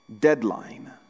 deadline